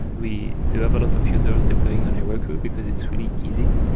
we do have a lot of users deploying on heroku, because it's really easy.